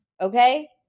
Okay